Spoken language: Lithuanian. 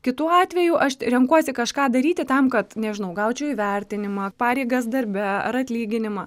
kitu atveju aš renkuosi kažką daryti tam kad nežinau gaučiau įvertinimą pareigas darbe ar atlyginimą